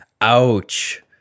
Ouch